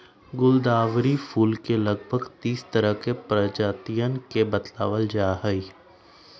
गुलदावरी फूल के लगभग तीस तरह के प्रजातियन के बतलावल जाहई